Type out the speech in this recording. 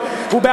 ולשקר.